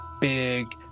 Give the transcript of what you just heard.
big